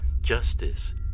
justice